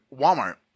Walmart